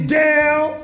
down